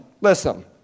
Listen